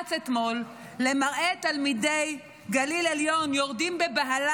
נחמץ אתמול למראה תלמידי גליל עליון יורדים בבהלה